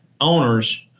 owners